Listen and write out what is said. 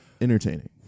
Entertaining